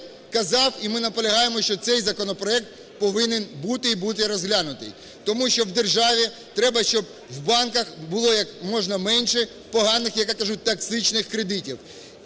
казав і ми наполягаємо, що цей законопроект повинен бути і бути розглянутий, тому що в державі треба, щоб в банках було як можна менше поганих, як я кажу, токсичних кредитів